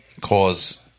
cause